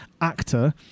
actor